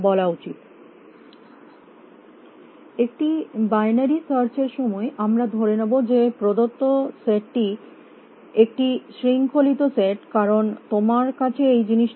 ছাত্র একটি binary search এর সময় আমরা ধরে নেব যে প্রদত্ত সেটটি একটি শৃঙ্খলিত সেট কারণ তোমার কাছে এই জিনিসটি থাকতে হবে